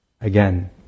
again